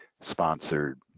sponsored